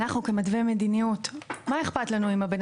אנחנו כמתווי מדיניות מה אכפת לנו אם הבן